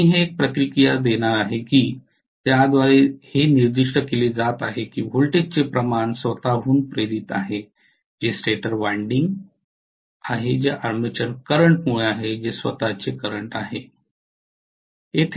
तर मी एक प्रतिक्रिया देणार आहे ज्याद्वारे निर्दिष्ट केले जात आहे की व्होल्टेजचे प्रमाण स्वतःहून इंड्यूज्ड आहे जे स्टेटर वायंडिंग आहे जे आर्मेचर करंट मुळे आहे जे स्वतःचे करंट आहे